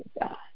God